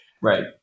right